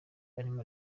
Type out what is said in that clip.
arimo